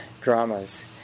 dramas